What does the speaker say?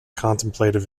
contemplative